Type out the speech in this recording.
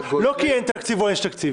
לא כי אין תקציב או יש תקציב.